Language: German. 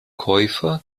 käufer